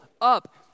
up